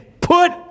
put